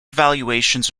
evaluations